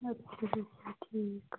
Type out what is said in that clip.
ਅੱਛਾ ਜੀ ਹਾਂ ਠੀਕ ਆ